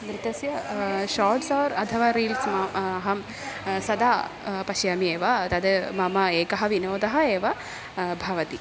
नृत्यस्य shorts or अथवा reels मा अहं सदा पश्यामि एव तत् मम एकः विनोदः एव भवति